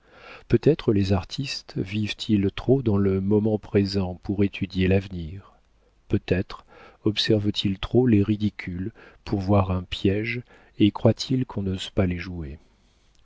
peut-être les artistes vivent-ils trop dans le moment présent pour étudier l'avenir peut-être observent ils trop les ridicules pour voir un piége et croient-ils qu'on n'ose pas les jouer